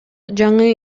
жаңы